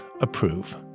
approve